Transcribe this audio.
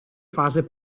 fase